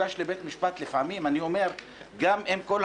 שמייחסים כוונות ולאו דווקא את